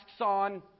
on